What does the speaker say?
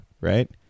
right